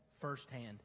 firsthand